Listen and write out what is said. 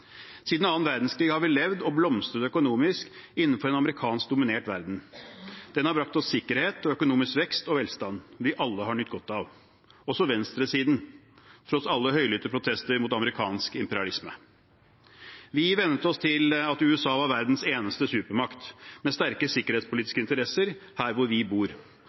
Siden annen verdenskrig har vi levd og blomstret økonomisk innenfor en amerikansk-dominert verden. Det har brakt oss sikkerhet og økonomisk vekst og velstand vi alle har nytt godt av – også venstresiden, tross alle høylytte protester mot amerikansk imperialisme. Vi vennet oss til at USA var verdens eneste supermakt, med sterke sikkerhetspolitiske interesser her hvor vi bor,